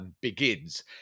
begins